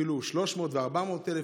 אפילו 300,000 ו-400,000,